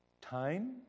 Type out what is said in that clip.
time